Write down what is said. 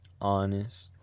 Honest